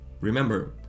remember